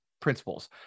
principles